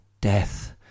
death